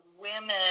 women